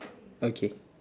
okay